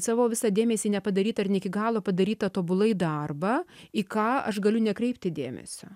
savo visą dėmesį nepadarytą ir ne iki galo padarytą tobulai darbą į ką aš galiu nekreipti dėmesio